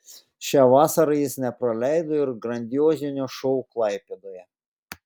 šią vasarą jis nepraleido ir grandiozinio šou klaipėdoje